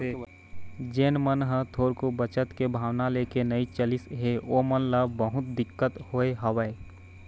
जेन मन ह थोरको बचत के भावना लेके नइ चलिस हे ओमन ल बहुत दिक्कत होय हवय